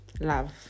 love